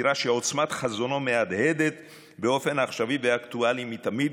נראה שעוצמת חזונו מהדהדת באופן עכשווי ואקטואלי מתמיד.